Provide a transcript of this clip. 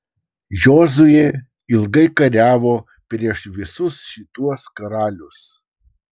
jozuė ilgai kariavo prieš visus šituos karalius